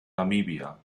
namibia